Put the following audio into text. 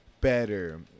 better